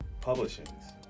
publishings